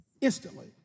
instantly